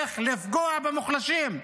איך לפגוע במוחלשים,